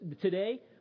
today